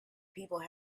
people